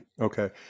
okay